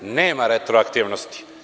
Nema retroaktivnosti.